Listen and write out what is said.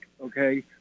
okay